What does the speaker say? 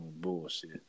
bullshit